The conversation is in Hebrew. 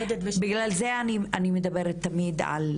בגלל זה אני מדברת תמיד על